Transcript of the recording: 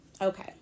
okay